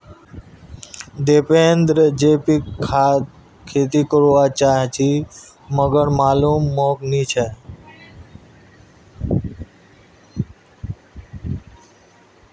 दीपेंद्र जैविक खाद खेती कर वा चहाचे मगर मालूम मोक नी छे